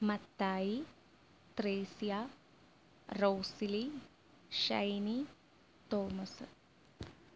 Mathai Thresia Rosily Shiny Thomas